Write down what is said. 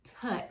put